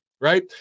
right